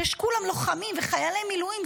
כשכולם לוחמים ויש חיילי מילואים,